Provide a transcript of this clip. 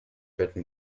written